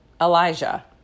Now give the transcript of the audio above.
Elijah